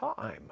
time